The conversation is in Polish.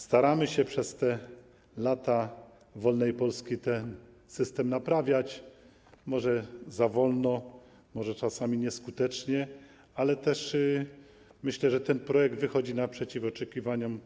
Staramy się przez lata wolnej Polski ten system naprawiać, może za wolno, może czasami nieskutecznie, ale myślę, że ten projekt wychodzi naprzeciw oczekiwaniom